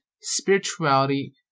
spirituality